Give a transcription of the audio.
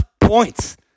points